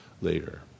later